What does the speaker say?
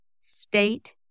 state